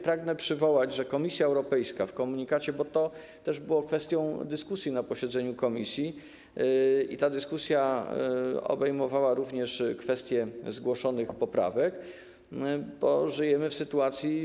Pragnę przypomnieć, że Komisja Europejska w komunikacie, co też było kwestią dyskusji na posiedzeniu komisji, która obejmowała również kwestie zgłoszonych poprawek, bo żyjemy w sytuacji nader.